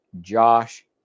Josh